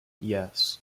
yes